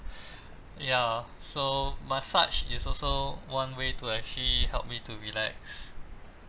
ya so massage is also one way to actually help me to relax